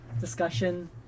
discussion